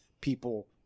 people